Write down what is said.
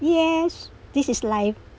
yes this is life